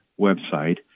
website